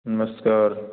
ਨਮਸਕਾਰ